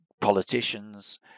politicians